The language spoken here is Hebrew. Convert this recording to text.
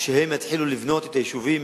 והם יתחילו לבנות את היישובים,